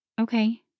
Okay